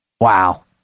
Wow